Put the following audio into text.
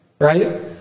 Right